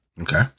Okay